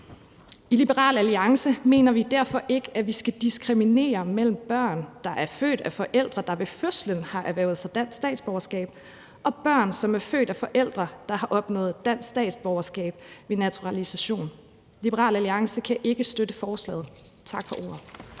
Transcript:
I Liberal Alliance mener vi derfor ikke, at vi skal diskriminere mellem børn, der er født af forældre, der ved fødslen har erhvervet sig dansk statsborgerskab, og børn, som er født af forældre, der har opnået dansk statsborgerskab ved naturalisation. Liberal Alliance kan ikke støtte forslaget. Tak for ordet.